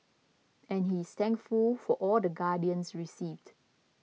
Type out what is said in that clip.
and he is thankful for all the guidance received